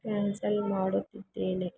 cancel ಮಾಡುತ್ತಿದ್ದೇನೆ